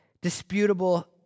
disputable